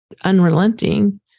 unrelenting